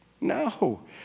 No